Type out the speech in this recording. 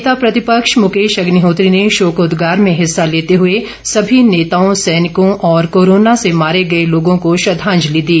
नेता प्रतिपक्ष मुकेश अग्निहोत्री ने शोकोद्गार में हिस्सा लेते हुए सभी नेताओं सैनिकों और कोरोना से मारे गए लोगों को श्रद्वांजलि दी